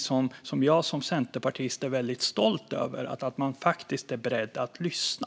Som centerpartist är jag stolt över att vi är beredda att lyssna.